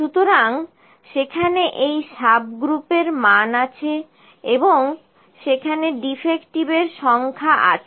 সুতরাং সেখানে এই সাবগ্রুপ এর মান আছে এবং সেখান ডিফেক্টিভের সংখ্যা আছে